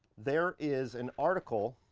there is an article